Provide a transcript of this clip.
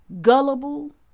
gullible